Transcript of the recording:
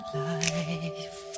life